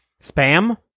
Spam